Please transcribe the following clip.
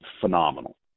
phenomenal